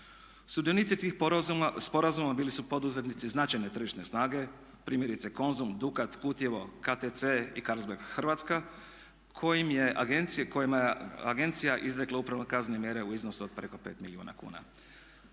Sudionici tih sporazuma bili su poduzetnici značajne tržišne snage primjerice Konzum, Dukat, Kutjevo, KTC i Calsberg Hrvatska kojima je agencija izrekla upravo kaznene mjere u iznosu od preko 5 milijuna kuna.